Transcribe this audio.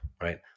Right